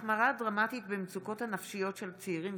שחאדה בנושא: החמרה דרמטית במצוקות הנפשיות של צעירים